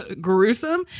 gruesome